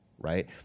Right